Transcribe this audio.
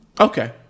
Okay